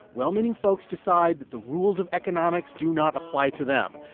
well-meaning folks decide that the rules of economics do not apply to them,